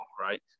right